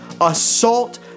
assault